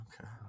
Okay